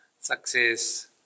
Success